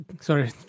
sorry